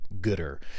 gooder